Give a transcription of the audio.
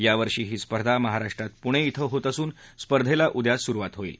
यावर्षी ही स्पर्धा महाराष्ट्रात पुणे इथं होत असून स्पर्धेला उद्या सुरुवात होईल